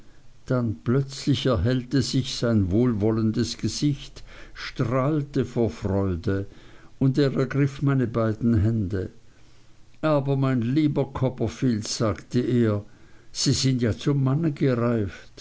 dann plötzlich erhellte sich sein wohlwollendes gesicht strahlte vor freude und er ergriff meine beiden hände aber mein lieber copperfield sagte er sie sind ja zum manne gereift